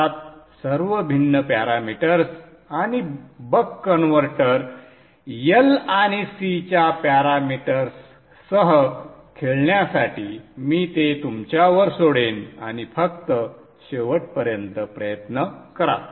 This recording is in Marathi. अर्थात सर्व भिन्न पॅरामीटर्स आणि बक कन्व्हर्टर L आणि C च्या पॅरामीटर्ससह खेळण्यासाठी मी ते तुमच्यावर सोडेन आणि फक्त शेवटपर्यंत प्रयत्न करा